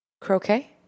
croquet